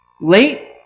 Late